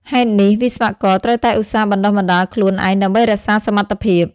ហេតុនេះវិស្វករត្រូវតែឧស្សាហ៍បណ្តុះបណ្តាលខ្លួនឯងដើម្បីរក្សាសមត្ថភាព។